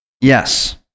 yes